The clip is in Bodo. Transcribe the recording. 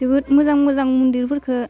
जोबोद मोजां मोजां मन्दिरफोरखौ